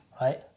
Right